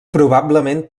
probablement